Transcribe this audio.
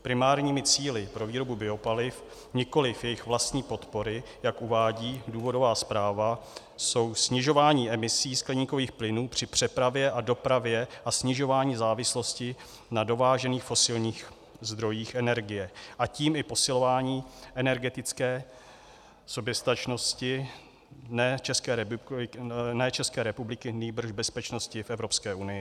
Primárními cíli pro výrobu biopaliv, nikoliv jejich vlastní podpory, jak uvádí důvodová zpráva, jsou snižování emisí skleníkových plynů při přepravě a dopravě a snižování závislosti na dovážených fosilních zdrojích energie, a tím i posilování energetické soběstačnosti ne České republiky, nýbrž bezpečnosti v Evropské unii.